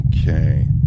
Okay